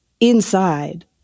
inside